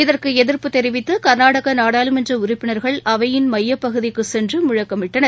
இதற்கு எதிர்ப்பு தெரிவித்து கர்நாடக நாடாளுமன்ற உறுப்பினர்கள் அவையின் மையப்பகுதிக்கு சென்று முழக்கமிட்டனர்